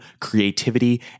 creativity